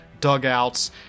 dugouts